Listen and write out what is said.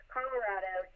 Colorado